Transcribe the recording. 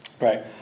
Right